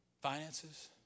finances